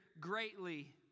greatly